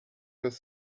das